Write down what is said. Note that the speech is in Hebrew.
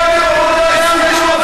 למה אתה לא מדבר על זה?